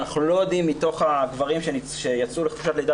אנחנו לא יודעים מתוך הגברים שיצאו לחופשת לידה